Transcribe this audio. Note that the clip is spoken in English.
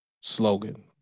slogan